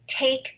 take